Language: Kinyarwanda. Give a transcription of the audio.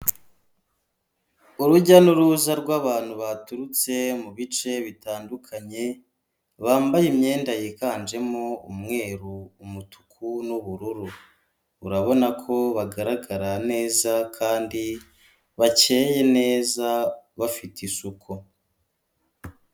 Urujya n'uruza rw'abantu baturutse mu bice bitandukanye bambaye imyenda yiganjemo umweru, umutuku n'ubururu urabona ko bagaragara neza kandi bakeye neza bafite isuku.